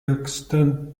extend